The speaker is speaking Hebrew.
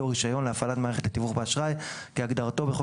רישיון להפעלת מערכת לתיווך באשראי כהגדרתו בחוק